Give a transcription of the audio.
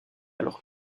alors